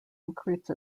increase